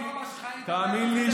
אני לא מורח, אפשר לבדוק את זה.